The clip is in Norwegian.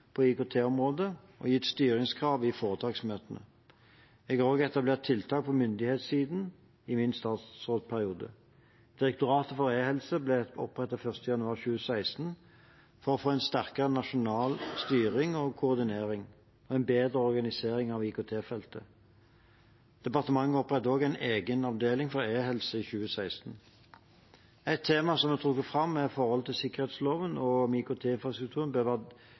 på IKT-området og gitt styringskrav i foretaksmøtene. Jeg har også etablert tiltak på myndighetssiden i min statsrådsperiode. Direktoratet for e-helse ble opprettet 1. januar 2016 for å få en sterkere nasjonal styring og koordinering og en bedre organisering av IKT-feltet. Departementet opprettet også en egen avdeling for e-helse i 2016. Et tema som er trukket fram, er forholdet til sikkerhetsloven og om IKT-infrastrukturen bør være